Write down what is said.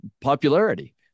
popularity